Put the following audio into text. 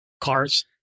cars